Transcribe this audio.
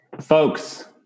Folks